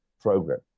program